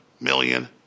million